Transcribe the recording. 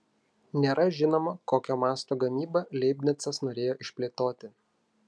nėra žinoma kokio masto gamybą leibnicas norėjo išplėtoti